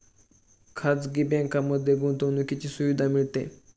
खाजगी बँकांमध्ये गुंतवणुकीची सुविधा मिळते